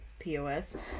POS